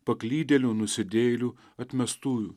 paklydėlių nusidėjėlių atmestųjų